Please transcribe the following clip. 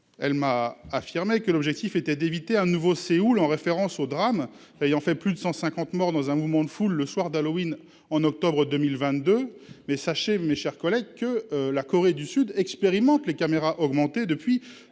nous a affirmé que l'objectif était d'éviter un « nouveau Séoul », en référence au drame ayant fait plus de 150 morts dans un mouvement de foule le soir d'Halloween, au mois d'octobre 2022. Mais sachez, chers collègues, que la Corée du Sud expérimente les caméras augmentées depuis